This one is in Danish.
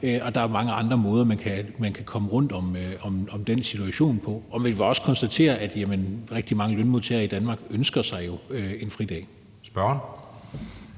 Der er jo mange andre måder, man kan komme rundt om den situation på. Vi må også konstatere, at rigtig mange lønmodtagere i Danmark jo ønsker sig en fridag. Kl.